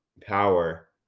power